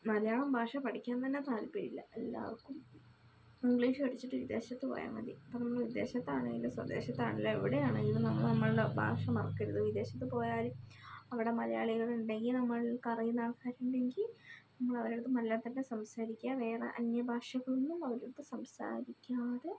മലയാളം ഭാഷ പഠിക്കാൻ തന്നെ താൽപര്യമില്ല എല്ലാവർക്കും ഇംഗ്ലീഷ് പഠിച്ചിട്ട് വിദേശത്തു പോയാൽ മതി ഇപ്പോൾ നമ്മൾ വിദേശത്താണേലും സ്വദേശത്താണേലും എവിടെയാണെങ്കിലും നമ്മൾ നമ്മളുടെ ഭാഷ മറക്കരുത് വിദേശത്ത് പോയാലും അവിടെ മലയാളികളുണ്ടെങ്കിൽ നമ്മൾക്കറിയുന്ന ആൾക്കാരുണ്ടെങ്കിൽ നമ്മളവരോട് മലയാളം തന്നെ സംസാരിക്കുക വേറെ അന്യഭാഷകളൊന്നും അവരടുത്ത് സംസാരിക്കാതെ